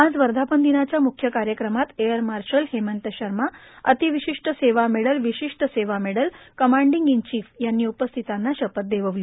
आज वर्धापन दिनाच्या मुख्य कार्यक्रमात एअर मार्शल हेमंत शर्मा अतिविशिष्ट सेवा मेडल विशिष्ट सेवा मेडल कमांडिंग इनचिफ यांनी उपस्थितांना शपथ देववली